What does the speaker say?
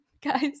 guys